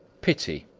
pity,